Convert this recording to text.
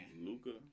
Luca